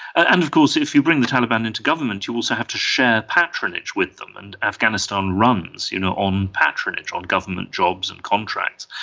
ah and of course if you bring the taliban into government you also have to share patronage with them, and afghanistan runs you know on patronage, on government jobs and contracts.